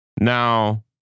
Now